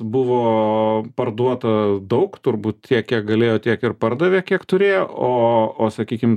buvo parduota daug turbūt tiek kiek galėjo tiek ir pardavė kiek turėjo o o sakykim